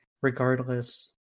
regardless